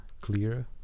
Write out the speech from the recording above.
clear